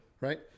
Right